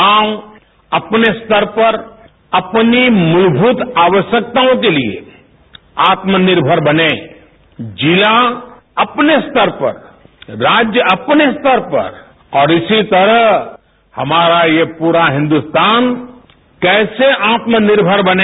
गांव अपने स्तर पर अपनी मूलभूत आवश्यकताओं के लिए आत्मनिर्भर बने जिला अपने स्तर पर राज्य अपने स्तर पर और इसी तरह हमारा ये पूरा हिन्दुस्तान कैसे आत्मनिर्भर बने